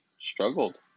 struggled